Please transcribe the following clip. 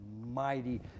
mighty